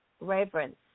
reverence